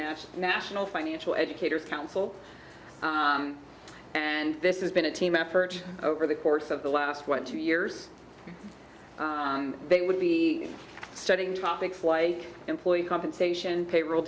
national national financial educators council and this has been a team effort over the course of the last one to yours they would be studying topics like employee compensation payroll